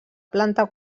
planta